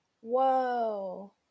Whoa